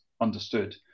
understood